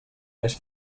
més